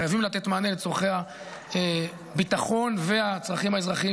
חייבים לתת מענה לצורכי הביטחון והצרכים האזרחיים,